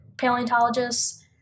paleontologists